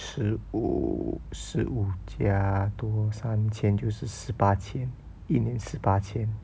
十五十五加多三千就是十八千一年十八千